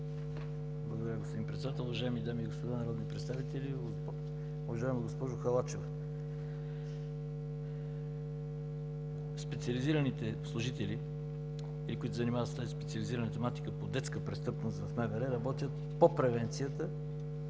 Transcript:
Благодаря, господин Председател. Уважаеми дами и господа народни представители, уважаема госпожо Халачева! Специализираните служители и които се занимават с тази специализирана тематика по детска престъпност в МВР работят по превенцията